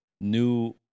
new